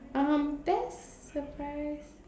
um best surprise